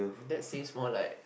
that says more like